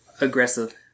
Aggressive